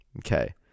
Okay